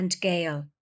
Gale